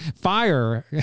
fire